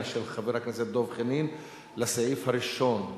של חבר הכנסת דב חנין לסעיף הראשון.